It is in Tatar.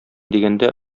дигәндә